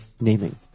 naming